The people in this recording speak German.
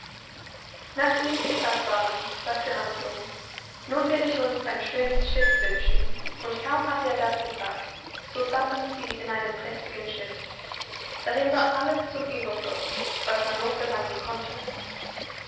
nachdem sie satt waren sagte hans dumm nun will ich uns ein schönes schiff wünschen und kaum hatte er das gesagt so saßen sie in einem prächtigen schiff darin war alles zum ueberfluß was man nur verlangen konnte